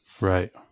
right